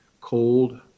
cold